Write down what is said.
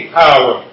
power